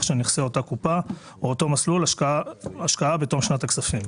של אותה קופה או אותו מסלול השקעה בתום שנת הכספים.